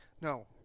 no